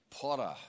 Potter